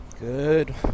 Good